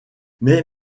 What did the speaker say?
mais